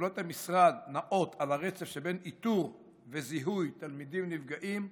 פעולות המשרד נעות על הרצף שבין איתור וזיהוי תלמידים נפגעים,